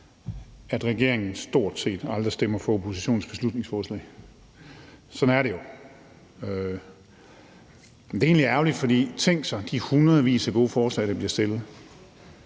at regeringen stort set aldrig stemmer for oppositionens beslutningsforslag. Sådan er det jo. Men det er egentlig ærgerligt, for tænk på de hundredvis af gode forslag, der bliver fremsat